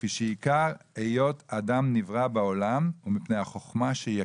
לפי שעיקר היות אדם נברא בעולם ומפני החוכמה שיכיר.